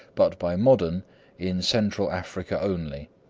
but by modern in central africa only.